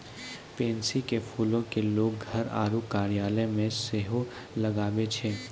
pansy के फूलो के लोगें घर आरु कार्यालय मे सेहो लगाबै छै